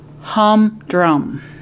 humdrum